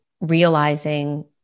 realizing